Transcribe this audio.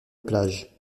plage